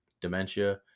dementia